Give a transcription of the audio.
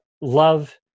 love